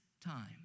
time